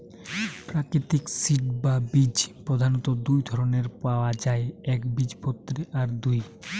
প্রাকৃতিক সিড বা বীজ প্রধাণত দুটো ধরণের পায়া যায় একবীজপত্রী আর দুই